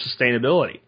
sustainability